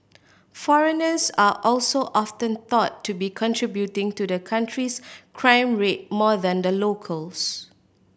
foreigners are also often thought to be contributing to the country's crime rate more than the locals